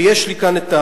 ויש לי הפרוטוקול,